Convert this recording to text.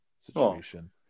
situation